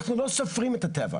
אנחנו לא סופרים את הטבע,